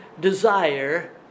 desire